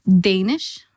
Danish